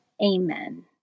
Amen